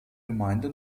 gemeinde